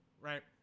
right